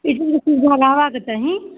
एहिसबके सुविधा रहबाके चाही